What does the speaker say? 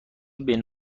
بین